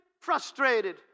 frustrated